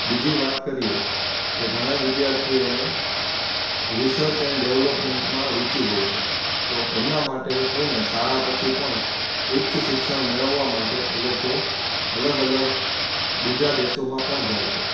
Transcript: બીજી વાત કરીએ કે ઘણાંય વિદ્યાર્થીઓ રિસર્ચ એન્ડ ડેવલપમેન્ટમાં રુચિ હોય છે તો એમના માટે થઈને શાળા પછી પણ ઉચ્ચ શિક્ષણ મેળવવા માટે એ લોકો અલગ અલગ બીજાં દેશોમાં પણ જાય છે